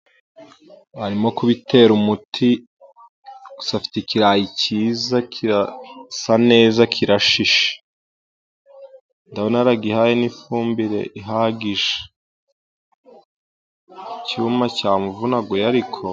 Arimo kubitera umuti, gusa afite ikirayi cyiza kirasa neza kirashishe, ndabona yaragihaye n'ifumbire ihagije. Icyuma cyamuvunaguye ariko.